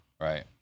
Right